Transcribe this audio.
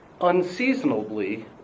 unseasonably